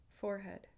forehead